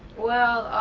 well,